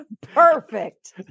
Perfect